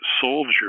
soldier